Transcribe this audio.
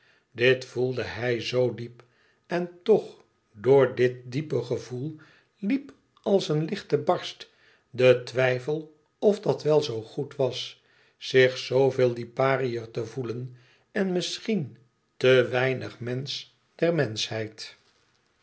dit voelde hij zoo diep en toch door dit diepe gevoel liep als een lichte barst de twijfel of dat wel zoo goed was zich zveel lipariër te voelen en misschien te weinig mensch der menschheid